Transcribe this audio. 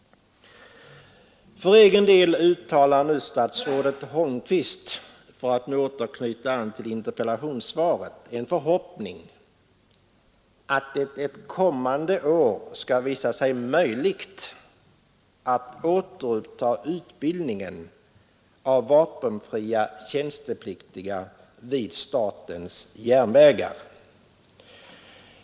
För egen del uttalar nu statsrådet Holmqvist, för att åter knyta an till interpellationssvaret, en förhoppning ”att det ett kommande år skall visa sig möjligt att återuppta utbildningen av vapenfria tjänstepliktiga vid statens järnvägar”.